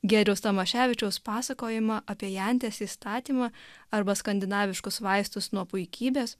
geriau tomaševičiaus pasakojimą apie jantės įstatymą arba skandinaviškus vaistus nuo puikybės